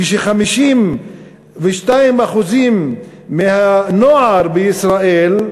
כש-52% מהנוער בישראל,